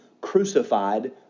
crucified